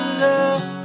love